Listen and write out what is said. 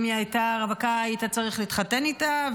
אם הייתה רווקה היית צריך להתחתן איתה,